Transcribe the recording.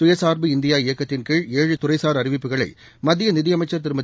சுயசாா்பு இந்தியா இயக்கத்தின்கீழ் ஏழு துறைசாா் அறிவிப்புகளை மத்திய நிதியமைச்சன் திருமதி